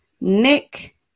Nick